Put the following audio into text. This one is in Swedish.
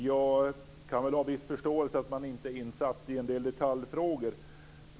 Fru talman! Jag kan ha viss förståelse för att man inte är insatt i en del detaljfrågor.